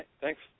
thanks